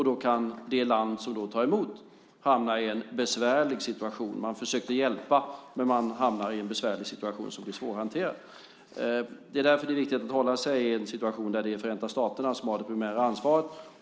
Då kan det land som tar emot dem hamna i en besvärlig situation. Man försökte hjälpa, men man hamnar i en besvärlig situation som blir svårhanterlig. Det är därför det är viktigt att hålla sig till att det är Förenta staterna som har det primära ansvaret.